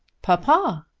papa!